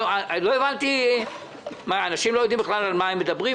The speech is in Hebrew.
מה, אנשים לא יודעים בכלל על מה הם מדברים?